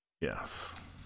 Yes